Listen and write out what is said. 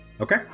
Okay